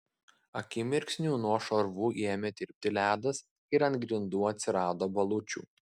akimirksniu nuo šarvų ėmė tirpti ledas ir ant grindų atsirado balučių